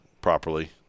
properly